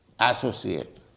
associate